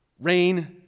Rain